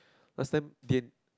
last time din~